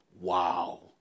Wow